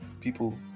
People